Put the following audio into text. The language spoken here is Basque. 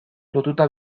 lotuta